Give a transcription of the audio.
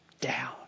down